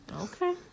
Okay